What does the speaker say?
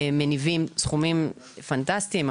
מניבים סכומים פנטסטיים.